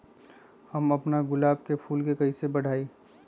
हम अपना गुलाब के फूल के कईसे बढ़ाई?